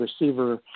receiver